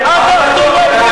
אנחנו לא פליטים,